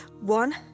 One